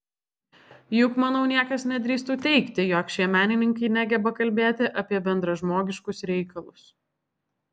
juk manau niekas nedrįstų teigti jog šie menininkai negeba kalbėti apie bendražmogiškus reikalus